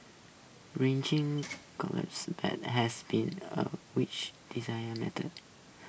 riching has been A rich desire matter